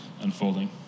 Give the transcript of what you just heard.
unfolding